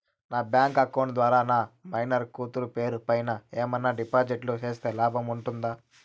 నా bank account ద్వారా నా మైనర్ కూతురు పేరు పైన ఏమన్నా డిపాజిట్లు సేస్తే లాభం ఉంటుందా?